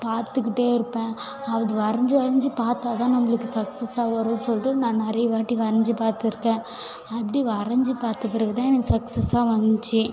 பார்த்துக்கிட்டே இருப்பேன் அது வரைந்து வரைந்து பார்த்தாதான் நம்மளுக்கு சக்சஸ்ஸாக வருன்னு சொல்லிட்டு நான் நிறைய வாட்டி வரைந்து பார்த்துருக்கேன் அப்படி வரைந்து பார்த்த பிறகு தான் எனக்கு சக்சஸ்ஸாக வந்துச்சி